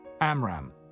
Amram